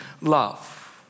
love